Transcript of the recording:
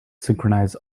synchronize